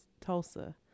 tulsa